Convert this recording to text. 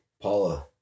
Paula